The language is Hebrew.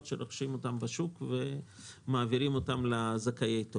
שרוכשים אותן בשוק ומעבירים אותן לזכאים.